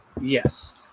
Yes